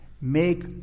Make